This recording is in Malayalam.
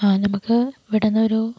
ആ നമുക്ക് ഇവിടന്ന് ഒരു